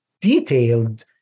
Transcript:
detailed